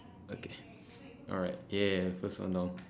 okay alright yeah first one down